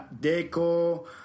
deco